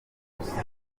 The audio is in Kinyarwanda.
gukora